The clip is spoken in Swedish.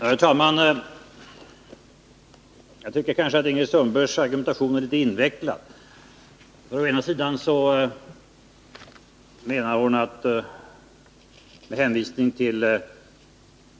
Herr talman! Jag tycker kanske att Ingrid Sundbergs argumentation är litet invecklad. Å ena sidan menar hon, med hänvisning till